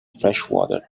freshwater